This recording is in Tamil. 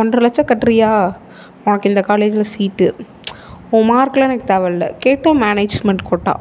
ஒன்றரை லட்சம் கட்டறியா உனக்கு இந்த காலேஜில் சீட்டு உன் மார்க்கெலாம் எனக்கு தேவை இல்லை கேட்டால் மேனேஜ்மெண்ட் கோட்டா